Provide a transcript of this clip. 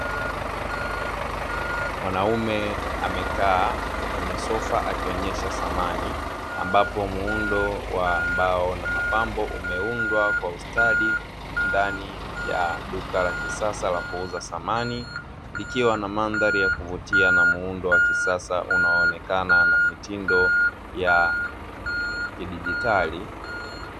Mwanaume amekaa kwenye sofa akionyesha samani, ambapo muundo wa mbao na mapambo umeundwa kwa ustadi ndani ya duka la kisasa la kuuza samani, likiwa na mandhari ya kuvutia na muundo wa kisasa unao onekana na mitindo ya kidigitali.